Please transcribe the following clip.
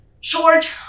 short